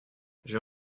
j’ai